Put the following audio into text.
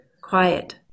quiet